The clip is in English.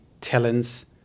talents